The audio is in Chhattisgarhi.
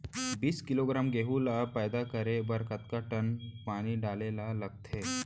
बीस किलोग्राम गेहूँ ल पैदा करे बर कतका टन पानी डाले ल लगथे?